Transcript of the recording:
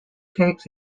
takes